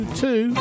two